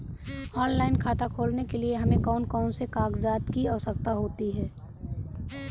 Online खाता खोलने के लिए हमें कौन कौन से कागजात की आवश्यकता होती है?